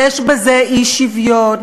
יש בזה אי-שוויון,